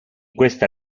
questa